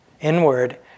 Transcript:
Inward